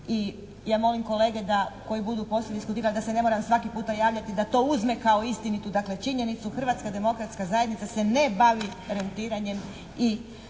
I ja molim kolege da koji budu poslije diskutirali, da se ne moram svaki puta javljati, da to uzme kao istinitu dakle činjenicu. Hrvatska demokratska zajednica se ne bavi rentiranjem